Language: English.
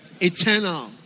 Eternal